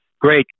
great